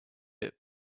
are